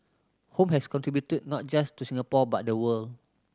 home has contributed not just to Singapore but the world